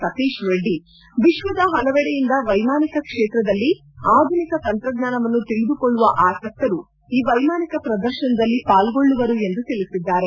ಸತೀಶ್ ರೆಡ್ಡಿ ಎಕ್ಷದ ಹಲವೆಡೆಯಿಂದ ವೈಮಾನಿಕ ಕ್ಷೇತ್ರದಲ್ಲಿ ಆಧುನಿಕ ತಂತ್ರಜ್ಞಾನವನ್ನು ತಿಳಿದುಕೊಳ್ಳುವ ಆಸಕ್ತರು ಈ ವೈಮಾನಿಕ ಪ್ರದರ್ಶನದಲ್ಲಲಿ ಪಾರ್ಗೊಳ್ಳುವರು ಎಂದು ತಿಳಿಸಿದ್ದಾರೆ